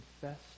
confess